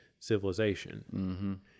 Civilization